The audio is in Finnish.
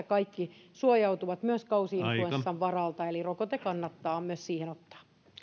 kaikki suojautuvat myös kausi influenssan varalta eli myös rokote siihen kannattaa ottaa